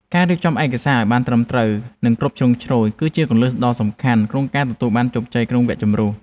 ការរៀបចំឯកសារឱ្យបានត្រឹមត្រូវនិងគ្រប់ជ្រុងជ្រោយគឺជាគន្លឹះដ៏សំខាន់ក្នុងការទទួលបានជោគជ័យក្នុងវគ្គជម្រុះ។